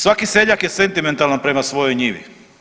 Svaki seljak je sentimentalan prema svojoj njivi.